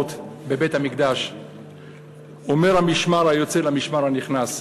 המשמרות בבית-המקדש אומר המשמר היוצא למשמר הנכנס: